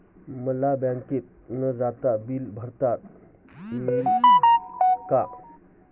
मला बँकेत न जाता बिले भरता येतील का?